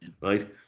right